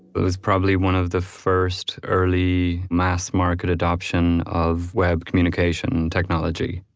it was probably one of the first early mass market adoption of web communication technology.